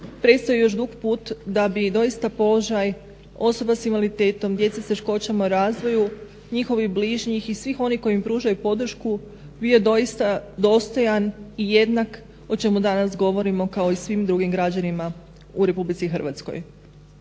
predstoji još dug put da položaj osoba s invaliditetom, djece s teškoćama u razvoju, njihovih bližnjih i svih onih koji im pružaju podršku bio doista dostojan i jedan o čemu danas govorimo kao i svim drugim građanima u RH. Pitanje